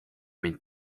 mind